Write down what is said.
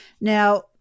Now